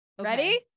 Ready